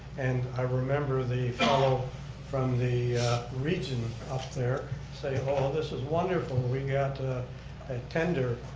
and i remember the fellow from the region up there, say, oh, this is wonderful, we got a ah tender,